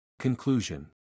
Conclusion